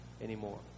anymore